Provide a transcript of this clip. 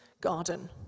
garden